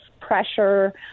pressure